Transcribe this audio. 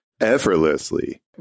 Effortlessly